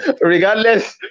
Regardless